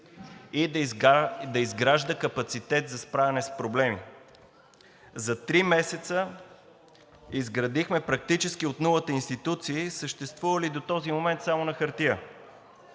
и да изгражда капацитет за справяне с проблеми. За три месеца изградихме практически от нулата институции, съществували до този момент само на хартия.